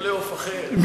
צרות אחרות, הקבוצה שלך.